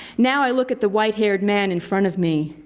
now i look at the white-haired man in front of me.